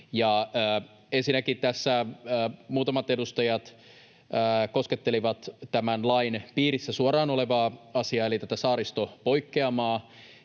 Ensinnäkin tässä muutamat edustajat koskettelivat tämän lain piirissä suoraan olevaa asiaa eli tätä saaristopoikkeamaa.